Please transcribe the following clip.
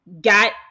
got